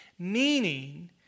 meaning